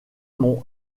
m’ont